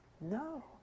No